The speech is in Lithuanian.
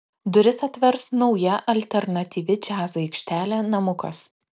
duris atvers nauja alternatyvi džiazo aikštelė namukas